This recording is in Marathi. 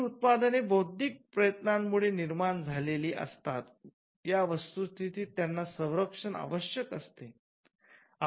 ही उत्पादने बौद्धिक प्रयत्नांमुळे निर्माण झालेली असतात या वस्तुस्थितीत त्यांना संरक्षण आवश्यक असते